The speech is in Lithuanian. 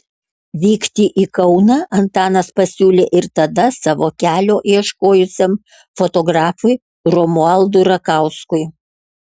vykti į kauną antanas pasiūlė ir tada savo kelio ieškojusiam fotografui romualdui rakauskui